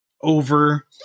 over